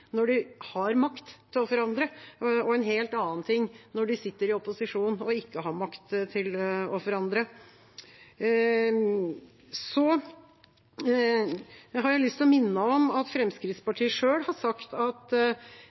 når de har makt til å forandre, og en helt annen ting når de sitter i opposisjon og ikke har makt til å forandre? Så har jeg lyst til å minne om at Fremskrittspartiet selv har sagt at